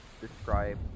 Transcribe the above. describe